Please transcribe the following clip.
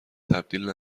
تبدیل